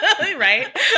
right